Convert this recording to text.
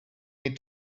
need